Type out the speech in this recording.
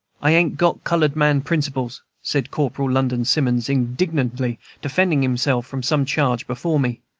i ain't got colored-man principles, said corporal london simmons, indignantly defending himself from some charge before me.